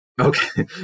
Okay